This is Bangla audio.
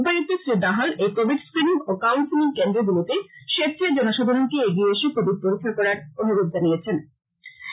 উপায়ুক্ত শ্রী দাহাল এই কোবিড ক্ক্রিনিং ও কাউন্সিলিং কেন্দ্রগুলিতে স্বেচ্ছায় জনসাধারনকে এগিয়ে এসে কোবিড পরীক্ষা করার অনুরোধ জানিয়েছেন